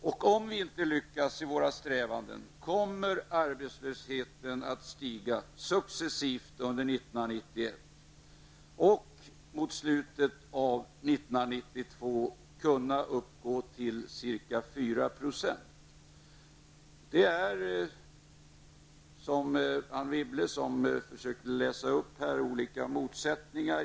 Om vi inte lyckas i våra strävanden kommer arbetslösheten att stiga successivt under 1991. Mot slutet av 1992 kan arbetslösheten uppgå till ca 4 %. Anne Wibble läste upp uttalanden i betänkandet vilka hon menade var motsägelsefulla.